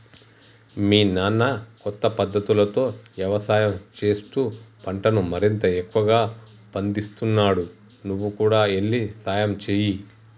మీ నాన్న కొత్త పద్ధతులతో యవసాయం చేస్తూ పంటను మరింత ఎక్కువగా పందిస్తున్నాడు నువ్వు కూడా ఎల్లి సహాయంచేయి